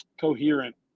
coherent